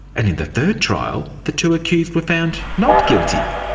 and in the third trial, the two accused were found not guilty.